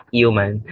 human